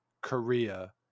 Korea